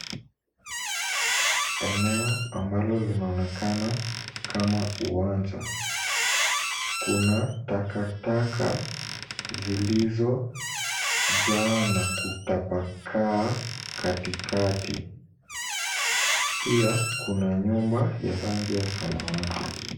Eneo ambalo linaonekana kama uwanja. Kuna takataka zilizojaa na kutapakaa katikati. Pia kuna nyumba ya rangi ya samawati.